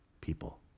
people